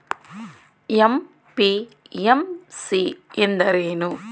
MPMC ಎಂದರೇನು?